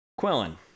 Quillen